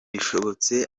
bishobotse